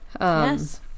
yes